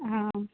ہاں